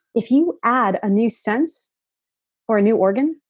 if you add a new sense or new organ,